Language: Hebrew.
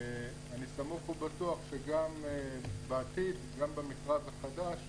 אני סמוך ובטוח שגם בעתיד, גם במכרז החדש,